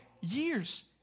Years